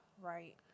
right